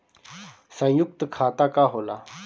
सयुक्त खाता का होला?